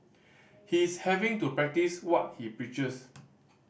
he's having to practice what he preaches